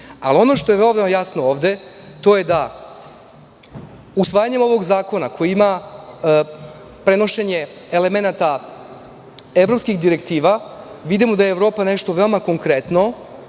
izrazim? Ono što je ovde jasno, jeste to da usvajanjem ovog zakona koji ima prenošenje elemenata evropskih direktiva, vidimo da je Evropa nešto veoma konkretno.